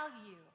value